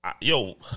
Yo